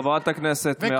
חברת הכנסת מירב בן ארי.